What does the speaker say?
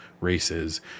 races